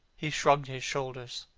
he shrugged his shoulders.